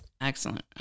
Excellent